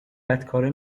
بدکاره